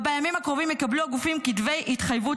בימים הקרובים יקבלו הגופים כתבי התחייבות,